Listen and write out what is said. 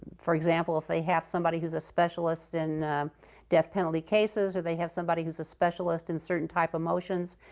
for example, if they have somebody who's a specialist in death penalty cases or they have somebody who's a specialist in certain type of motions,